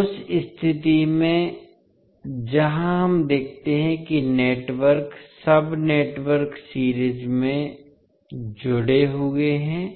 उस स्थिति में जहां हम देखते हैं कि नेटवर्क सब नेटवर्क सीरीज में जुड़े हुए हैं